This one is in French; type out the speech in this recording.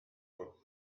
quoi